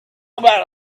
about